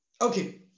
Okay